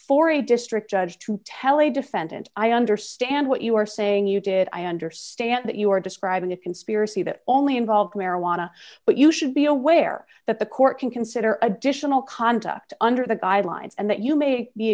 for a district judge to tell a defendant i understand what you are saying you did i understand that you are describing a conspiracy that only involved marijuana but you should be aware that the court can consider additional conduct under the guidelines and that you may be